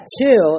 two